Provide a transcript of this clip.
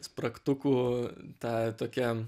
spragtukų tą tokią